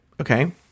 Okay